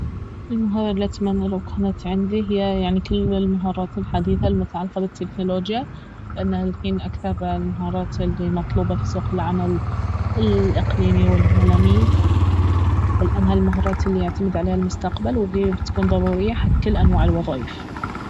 المهارة الي أتمنى لو كانت عندي اهي يعني كل المهارات الحديثة المتعلقة بالتكنولوجيا لانها الحين اكثر المهارات المطلوبة في سوق العمل الإقليمي والعالمي ولأنها المهارات الي يعتمد عليها المستقبل والي بتكون ضرورية حق كل أنواع الوظايف